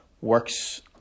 works